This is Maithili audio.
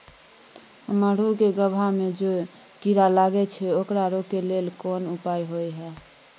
मकई के गबहा में जे कीरा लागय छै ओकरा रोके लेल कोन उपाय होय है?